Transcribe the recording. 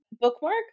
bookmark